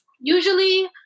Usually